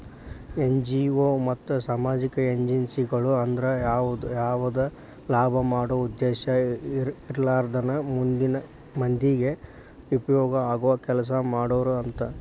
NGO ಮತ್ತ ಸಾಮಾಜಿಕ ಏಜೆನ್ಸಿಗಳು ಅಂದ್ರ ಯಾವದ ಲಾಭ ಮಾಡೋ ಉದ್ದೇಶ ಇರ್ಲಾರ್ದನ ಮಂದಿಗೆ ಉಪಯೋಗ ಆಗೋ ಕೆಲಸಾ ಮಾಡೋರು ಅಂತ